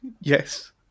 Yes